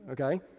okay